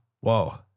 Whoa